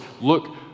Look